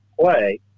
play